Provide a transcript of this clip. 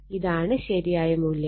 ഇതാണ് ശരിയായ മൂല്യം